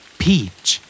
peach